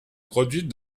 produites